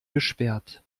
gesperrt